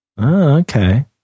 Okay